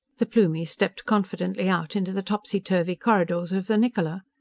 the plumie stepped confidently out into the topsy-turvy corridors of the niccola.